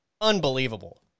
unbelievable